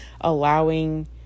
allowing